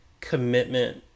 commitment